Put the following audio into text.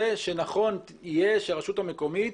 היא שנכון יהיה שהרשות המקומית